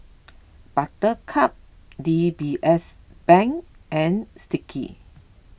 Buttercup D B S Bank and Sticky